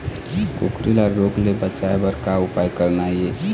कुकरी ला रोग ले बचाए बर का उपाय करना ये?